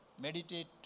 Meditate